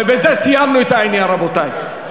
ובזה סיימנו את העניין, רבותי.